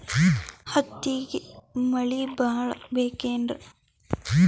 ಹತ್ತಿಗೆ ಮಳಿ ಭಾಳ ಬೇಕೆನ್ರ?